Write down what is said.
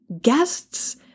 guests